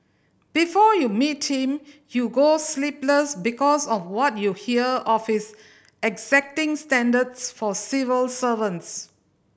before you meet him you go sleepless because of what you hear of his exacting standards for civil servants